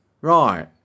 Right